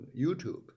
YouTube